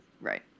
right